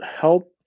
help